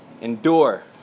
endure